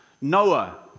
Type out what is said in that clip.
Noah